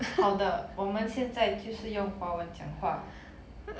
好的我们现在就是用华文讲话